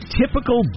typical